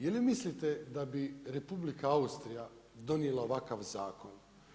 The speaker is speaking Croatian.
Je li mislite da bi Republika Austrija donijela ovakav zakon?